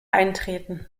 eintreten